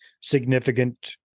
significant